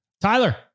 Tyler